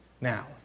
Now